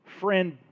friend